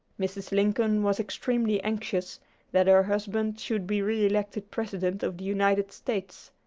mrs. lincoln was extremely anxious that her husband should be re-elected president of the united states.